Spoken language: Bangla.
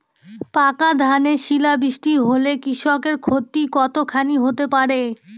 পাকা ধানে শিলা বৃষ্টি হলে কৃষকের ক্ষতি কতখানি হতে পারে?